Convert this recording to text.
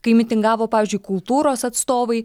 kai mitingavo pavyzdžiui kultūros atstovai